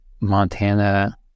Montana